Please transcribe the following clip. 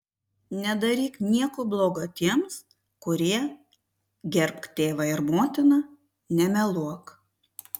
nedaryk nieko bloga tiems kurie gerbk tėvą ir motiną nemeluok